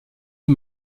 est